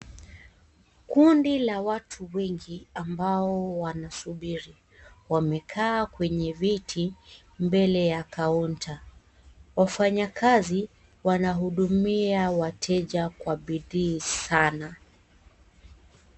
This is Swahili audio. Kundi la watu wengi ambao wamesubiri, wamekaa kwenye viti mbele ya kaota ,wafanyakazi wanahudumia wateja kwa bidii sana.